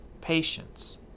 patience